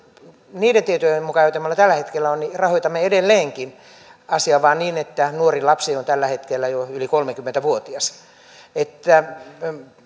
niiden tietojen mukaan joita minulla tällä hetkellä on rahoitamme edelleenkin asia on vain niin että nuorin lapsi on tällä hetkellä jo yli kolmekymmentä vuotias